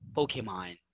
Pokemon